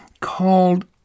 called